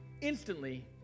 Instantly